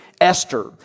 Esther